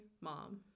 mom